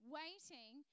waiting